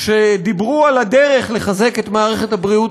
שדיברו על הדרך לחזק את מערכת הבריאות